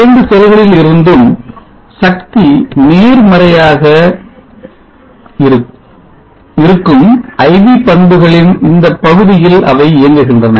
2 செல்களில் இருந்தும் சக்தி நேர்மறையாக இருக்கும் IV பண்புகளின் இந்தப் பகுதியில் அவை இயங்குகின்றன